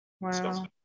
Wow